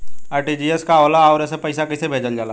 RTGS का होला आउरओ से पईसा कइसे भेजल जला?